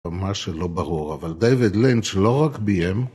מה שלא ברור, אבל דיויד לינץ' לא רק ביים...